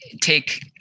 take